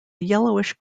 yellowish